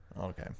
Okay